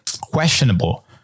questionable